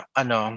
ano